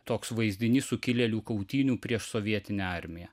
toks vaizdinys sukilėlių kautynių prieš sovietinę armiją